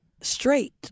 straight